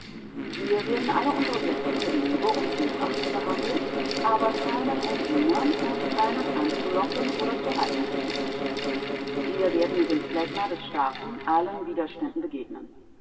wir werden alle unsere gäste mit liebe und hochachtung behandeln aber keinen umdienern und keinen anzulocken oder zu halten suchen wir werden mit dem phlegma der starken allen widerständen begegnen